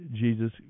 jesus